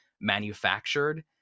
manufactured